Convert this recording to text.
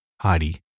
Heidi